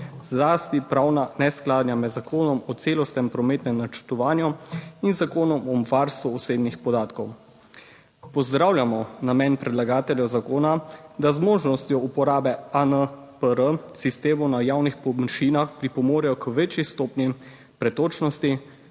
zlasti pravna neskladja med Zakonom o celostnem prometnem načrtovanju in Zakonom o varstvu osebnih podatkov. Pozdravljamo namen predlagateljev zakona, da z možnostjo uporabe ANPR sistemov na javnih površinah pripomorejo k večji stopnji pretočnosti,